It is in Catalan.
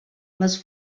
les